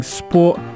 sport